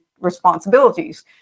responsibilities